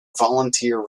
volunteer